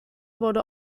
wurde